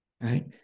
right